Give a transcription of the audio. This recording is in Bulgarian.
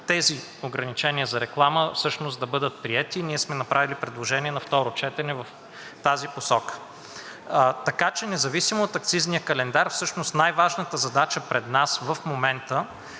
тези ограничения за реклама всъщност да бъдат приети. Ние сме направили предложение на второ четене в тази посока, така че независимо от акцизния календар всъщност най-важната задача пред нас в момента